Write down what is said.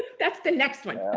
that's the next one.